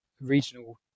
regional